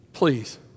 Please